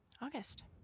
August